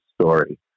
story